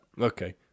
Okay